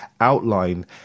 outline